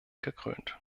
gekrönt